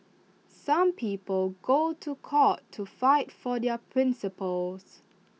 some people go to court to fight for their principles